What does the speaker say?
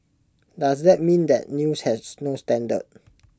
does that mean that news has no standard